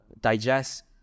digest